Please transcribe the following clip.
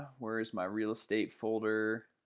where is my real estate folder?